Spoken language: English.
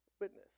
witness